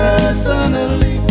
Personally